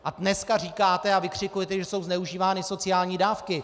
A dneska říkáte a vykřikujete, že jsou zneužívány sociální dávky.